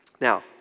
Now